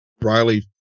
Riley